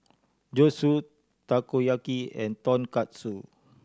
Zosui Takoyaki and Tonkatsu